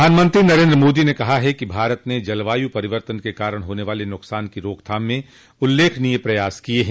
प्रधानमंत्री नरेंद्र मोदी ने कहा है कि भारत ने जलवायु परिवर्तन के कारण होने वाले नुकसान की रोकथाम में उल्लेखनीय प्रयास किये हैं